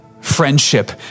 friendship